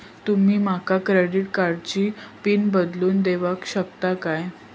तुमी माका क्रेडिट कार्डची पिन बदलून देऊक शकता काय?